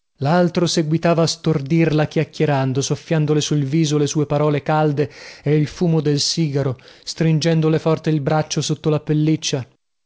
laltro seguitava a stordirla chiacchierando soffiandole sul viso le sue parole calde e il fumo del sigaro stringendole forte il braccio sotto la pelliccia